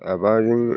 माबाजों